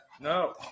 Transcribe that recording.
No